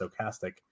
Stochastic